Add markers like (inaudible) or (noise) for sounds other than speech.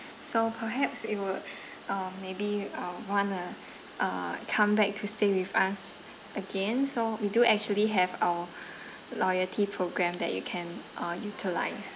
so perhaps it will um maybe uh want to uh come back to stay with us again so we do actually have our (breath) loyalty programme that you can uh utilise